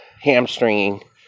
hamstringing